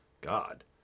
God